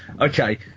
okay